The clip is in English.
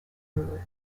brewer